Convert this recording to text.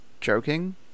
joking